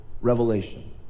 revelation